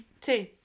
two